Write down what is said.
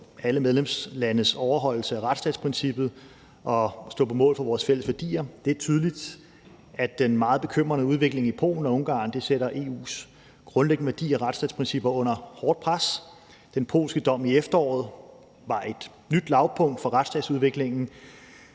alle medlemslandenes overholdelse af retsstatsprincippet og på, at de står på mål for vores fælles værdier. Det er tydeligt, at den meget bekymrende udvikling i Polen og Ungarn sætter EU's grundlæggende værdier og retsstatsprincippet under hårdt pres. Den polske dom i efteråret var et nyt lavpunkt fra retsstatsudviklingen.